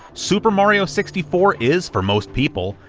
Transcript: super mario sixty four is, for most people,